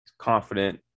confident